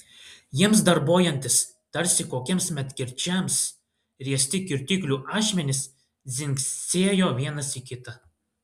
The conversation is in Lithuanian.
jiems darbuojantis tarsi kokiems medkirčiams riesti kirtiklių ašmenys dzingsėjo vienas į kitą